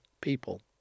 people